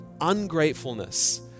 ungratefulness